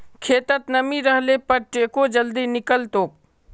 खेतत नमी रहले पर टेको जल्दी निकलतोक